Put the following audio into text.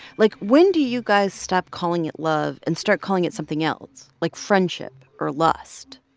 like, when do you guys stop calling it love and start calling it something else, like friendship or lust?